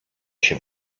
się